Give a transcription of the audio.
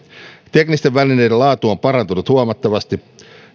teknisten välineiden laatu on parantunut huomattavasti